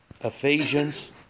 Ephesians